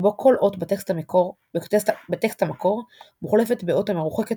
שבו כל אות בטקסט המקור מוחלפת באות המרוחקת